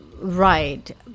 Right